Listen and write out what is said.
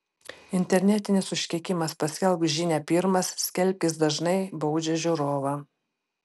internetinis užkeikimas paskelbk žinią pirmas skelbkis dažnai baudžia žiūrovą